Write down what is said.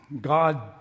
God